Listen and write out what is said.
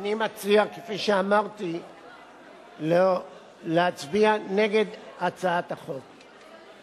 אני מציע, כפי שאמרתי, להצביע נגד הצעת החוק.